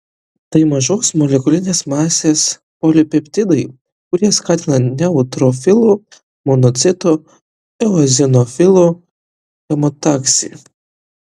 tai mažos molekulinės masės polipeptidai kurie skatina neutrofilų monocitų eozinofilų chemotaksį